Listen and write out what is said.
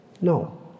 No